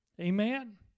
Amen